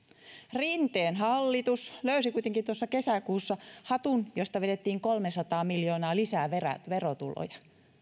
rinteen hallitus löysi kuitenkin tuossa kesäkuussa hatun josta vedettiin kolmesataa miljoonaa lisää verotuloja